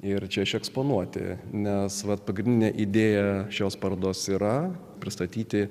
ir čia eksponuoti nes vat pagrindinę idėją šios parodos yra pristatyti